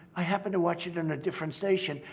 i happened to watch it on a different station.